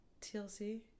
TLC